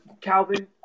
Calvin